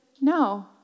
no